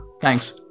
Thanks